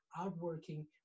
outworking